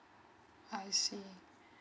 I see